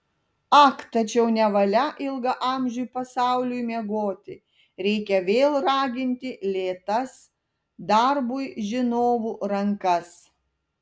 ak tačiau nevalia ilgaamžiui pasauliui miegoti reikia vėl raginti lėtas darbui žinovų rankas